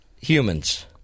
humans